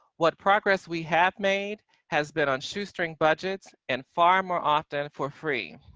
what progress we have made has been on shoestring budgets, and far more often, for free.